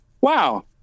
wow